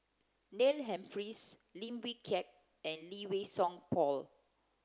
Neil Humphreys Lim Wee Kiak and Lee Wei Song Paul